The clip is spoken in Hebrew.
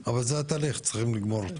אבל, זה התהליך, צריך לגמור אותו.